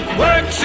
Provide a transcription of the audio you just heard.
work